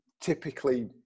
typically